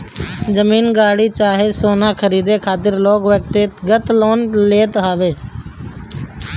जमीन, गाड़ी चाहे सोना खरीदे खातिर लोग व्यक्तिगत लोन लेत हवे